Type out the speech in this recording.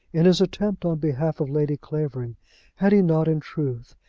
in his attempt on behalf of lady clavering had he not, in truth,